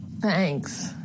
Thanks